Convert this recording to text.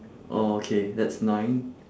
oh okay that's nine